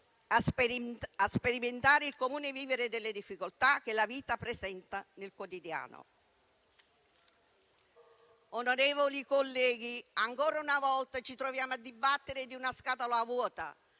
a sperimentare il comune vivere delle difficoltà che la vita presenta nel quotidiano. Onorevoli colleghi, ancora una volta ci troviamo a dibattere di una scatola vuota,